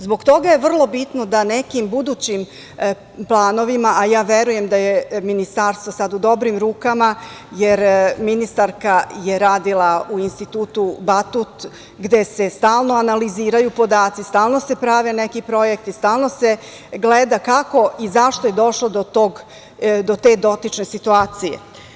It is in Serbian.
Zbog toga je vrlo bitno da nekim budućim planovima, a ja verujem da je Ministarstvo sada u dobrim rukama, jer ministarka je radila u Institutu „Batut“, gde se stalno analiziraju podaci, stalno se prave neki projekti, stalno se gleda kako i zašto je došlo do te dotične situacije.